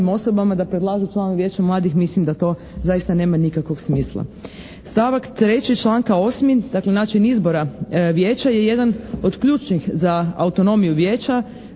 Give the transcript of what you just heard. Stavak 3. članka 8., dakle, način izbora Vijeća je jedan od ključnih za autonomiju Vijeća.